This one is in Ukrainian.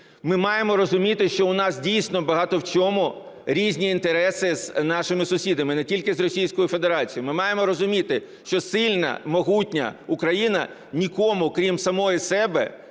Ми маємо розуміти, що у нас дійсно багато в чому різні інтереси з нашими сусідами, не тільки з Російською Федерацією. Ми маємо розуміти, що сильна, могутня Україна нікому крім самої себе